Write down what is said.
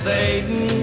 Satan